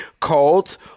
cults